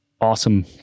awesome